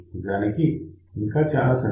నిజానికి ఇంకా చాలా సర్క్యూట్స్ ఈ IC లో ఉన్నాయి